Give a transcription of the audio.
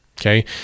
Okay